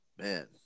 man